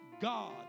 God